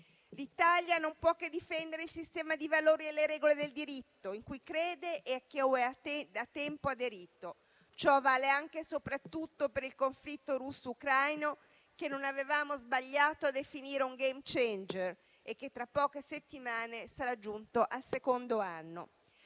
L'Italia non può che difendere il sistema di valori e le regole del diritto in cui crede e cui ha da tempo aderito. Ciò vale anche e soprattutto per il conflitto russo-ucraino che non avevamo sbagliato a definire un *game changer* e che tra poche settimane sarà giunto al secondo anno.